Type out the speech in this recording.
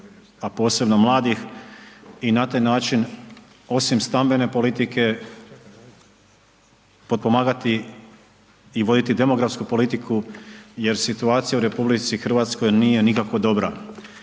a posebno mladih i na taj način osim stambene politike, potpomagati i voditi demografsku politiku jer situacija u RH nije nikako dobra.